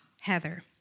Heather